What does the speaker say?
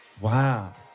Wow